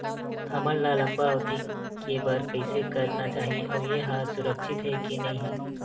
हमन ला लंबा अवधि के बर कइसे करना चाही अउ ये हा सुरक्षित हे के नई हे?